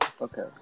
okay